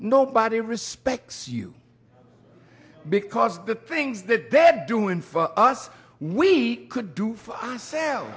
nobody respects you because the things that they're doing for us we could do for